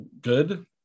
good